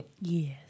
Yes